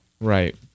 right